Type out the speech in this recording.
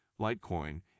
Litecoin